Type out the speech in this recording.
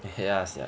ya sia